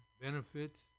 benefits